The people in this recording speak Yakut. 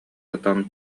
сытан